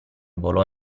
volò